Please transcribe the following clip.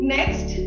Next